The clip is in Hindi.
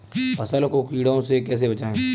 फसल को कीड़ों से कैसे बचाएँ?